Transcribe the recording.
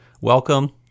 welcome